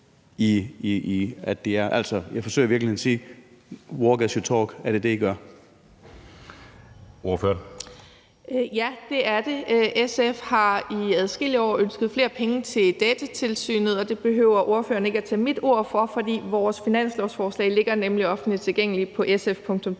Ordføreren. Kl. 11:36 Lisbeth Bech-Nielsen (SF): Ja, det er det. SF har i adskillige år ønsket flere penge til Datatilsynet, og det behøver ordføreren ikke at tage mit ord for. For vores finanslovsforslag ligger nemlig offentligt tilgængeligt på SF.dk.